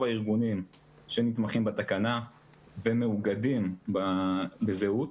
הארגונים שמתמחים בתקנה ומאוגדים בזהות.